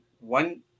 one